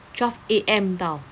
twelve A_M tahu